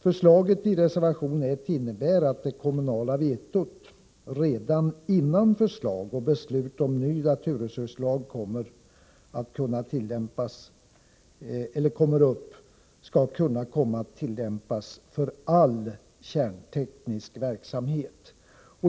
Förslaget i reservation 1 innebär att det kommunala vetot redan innan förslag och beslut om ny naturresurslag kommer upp skall kunna komma att tillämpas för all kärnteknisk verksamhet.